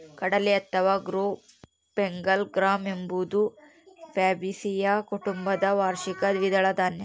ಕಡಲೆ ಅಥವಾ gram Bengal gram ಎಂಬುದು ಫ್ಯಾಬಾಸಿಯ ಕುಟುಂಬದ ವಾರ್ಷಿಕ ದ್ವಿದಳ ಧಾನ್ಯ